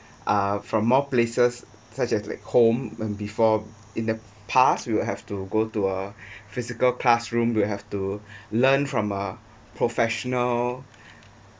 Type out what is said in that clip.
uh from more places such as like home when before in the past we will have to go to a physical classroom we have to learn from uh professional